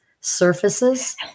surfaces